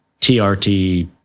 TRT